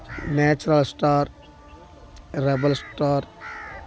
natural star rebel star